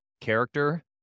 character